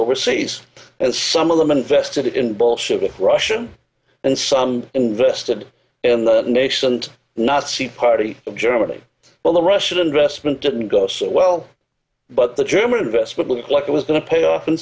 overseas as some of them invested in bolshevik russian and some invested in the nascent nazi party of germany well the russian investment didn't go so well but the german investment looked like it was going to pay off in